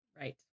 right